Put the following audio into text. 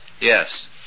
Yes